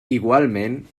igualment